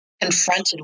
confronted